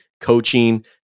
coaching